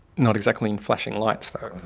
not exactly in flashing lights though.